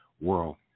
world